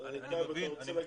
אני מבין את ההתנגדות,